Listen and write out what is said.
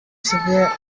severe